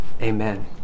Amen